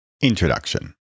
Introduction